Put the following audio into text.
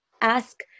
ask